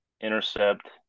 intercept